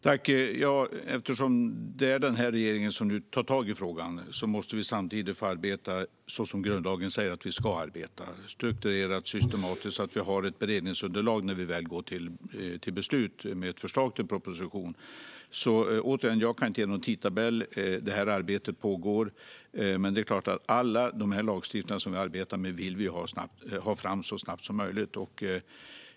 Fru talman! Eftersom det är den här regeringen som nu tar tag i frågan måste vi samtidigt få arbeta så som grundlagen säger att vi ska arbeta, det vill säga strukturerat och systematiskt så att vi har ett beredningsunderlag när vi väl går till beslut med ett förslag till proposition. Jag kan alltså inte ge någon tidtabell. Arbetet pågår, och det är klart att vi vill ha fram all den lagstiftning som vi arbetar med så snabbt som möjligt.